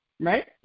Right